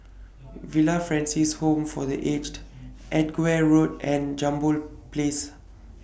Villa Francis Home For The Aged Edgware Road and Jambol Place